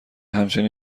همچنین